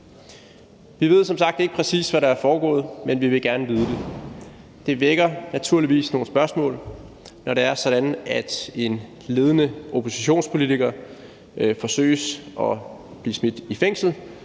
Vi ved som sagt ikke, præcis hvad der er foregået, men vi vil gerne vide det. Det vækker naturligvis nogle spørgsmål, når det er sådan, at en ledende oppositionspolitiker forsøges smidt i fængsel